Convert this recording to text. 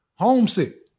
Homesick